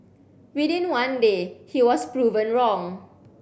within one day he was proven wrong